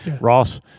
Ross